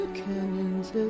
canyons